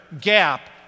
Gap